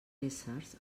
éssers